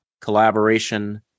collaboration